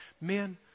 Men